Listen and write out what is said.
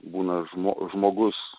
būna žmo žmogus